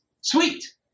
Sweet